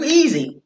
easy